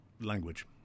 language